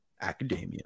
Academia